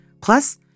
Plus